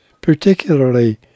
particularly